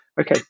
Okay